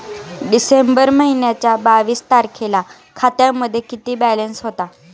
डिसेंबर महिन्याच्या बावीस तारखेला खात्यामध्ये किती बॅलन्स होता?